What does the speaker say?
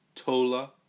Tola